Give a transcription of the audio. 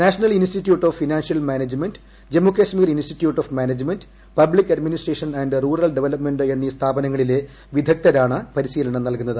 national institute of financial management Jammu Kashmir institute of management public administration and rural development എന്നീ സ്ഥാപനങ്ങളിലെ വിദഗ്ദ്ധരാണ് പരിശീലനം നൽകുന്നത്